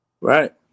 Right